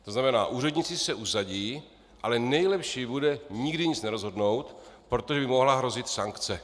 To znamená, úředníci se usadí, ale nejlepší bude nikdy nic nerozhodnout, protože by mohla hrozit sankce.